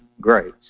grace